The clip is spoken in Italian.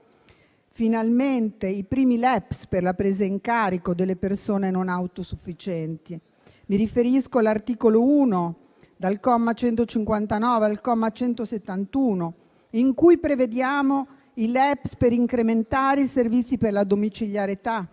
finalmente i primi LEPS per la presa in carico delle persone non autosufficienti. Mi riferisco all'articolo 1 (dal comma 159 al comma 171), in cui prevediamo i LEPS per incrementare i servizi per la domiciliarità,